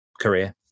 career